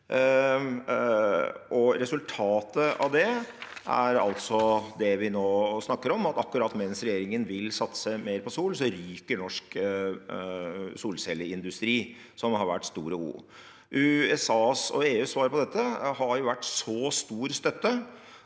Resultatet av det er det vi nå snakker om, at akkurat mens regjeringen vil satse mer på sol, ryker norsk solcelleindustri, som har vært stor og god. USAs og EUs svar på dette har vært så stor støtte